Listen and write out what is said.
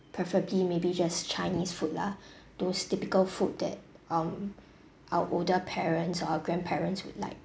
preferably maybe just chinese food lah those typical food that um our older parents our grandparents would like